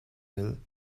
will